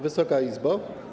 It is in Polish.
Wysoka Izbo!